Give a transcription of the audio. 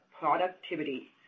productivity